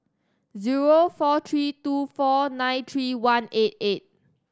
zero four three two four nine three one eight eight